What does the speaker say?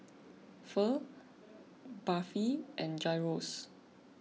Pho Barfi and Gyros